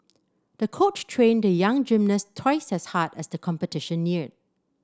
the coach trained the young gymnast twice as hard as the competition neared